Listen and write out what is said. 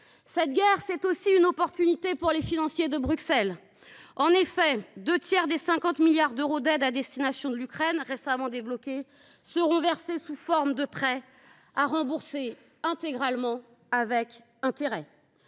Cette guerre est aussi une chance pour les financiers de Bruxelles. En effet, les deux tiers des 50 milliards d’euros d’aide à destination de l’Ukraine qui ont été récemment débloqués seront versés sous forme de prêts, à rembourser intégralement – et avec intérêts